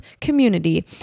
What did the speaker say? community